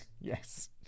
yes